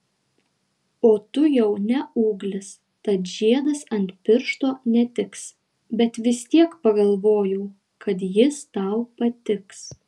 o tu jau ne ūglis tad žiedas ant piršto netiks bet vis tiek pagalvojau kad jis tau patiks